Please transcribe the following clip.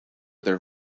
their